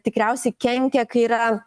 tikriausiai kenkia kai yra